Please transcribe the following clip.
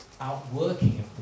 outworking